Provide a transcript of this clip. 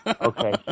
Okay